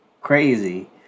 crazy